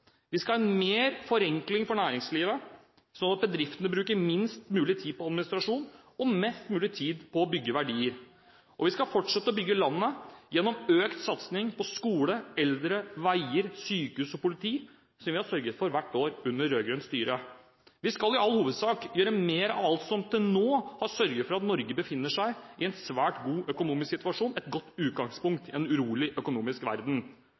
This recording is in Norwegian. Vi skal ha mer forenkling for næringslivet, slik at bedriftene bruker minst mulig tid på administrasjon og mest mulig tid på å bygge verdier. Og vi skal fortsette å bygge landet gjennom økt satsing på skole, eldre, veier, sykehus og politi, slik vi har sørget for hvert år under rød-grønt styre. Vi skal i all hovedsak gjøre mer av alt som til nå har sørget for at Norge befinner seg i en svært god økonomisk situasjon, et godt utgangspunkt i en urolig økonomisk verden.